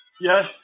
yes